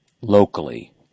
locally